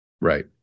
right